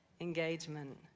engagement